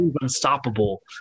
unstoppable